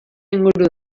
inguru